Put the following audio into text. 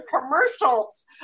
commercials